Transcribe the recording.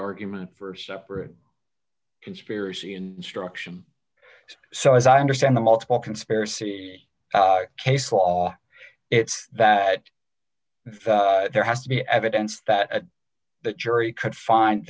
argument for a separate conspiracy and struction so as i understand the multiple conspiracy case law it's that there has to be evidence that the jury could find